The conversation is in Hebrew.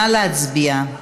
נא להצביע.